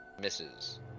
misses